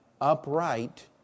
upright